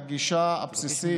הגישה הבסיסית